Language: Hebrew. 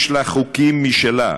יש לה חוקים משלה.